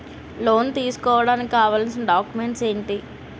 Loan తీసుకోడానికి కావాల్సిన documents ఎంటి?